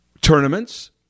tournaments